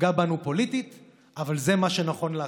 יפגע בנו פוליטית אבל זה מה שנכון לעשות.